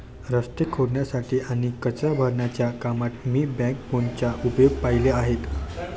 रस्ते खोदण्यासाठी आणि कचरा भरण्याच्या कामात मी बॅकबोनचा उपयोग पाहिले आहेत